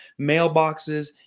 mailboxes